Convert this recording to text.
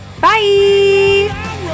bye